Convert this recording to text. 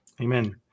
Amen